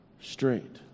straight